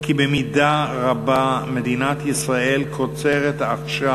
כי במידה רבה מדינת ישראל קוצרת עכשיו